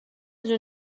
جون